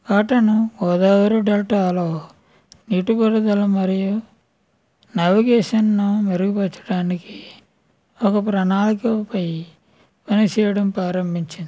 cotton Godavari డెల్టాలో నీటి ఉపరితలం మరియు నావిగేషన్ను మెరుగుపరచడానికి ఒక ప్రణాళిక పై పని చేయడం ప్రారంభించాడు